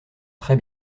très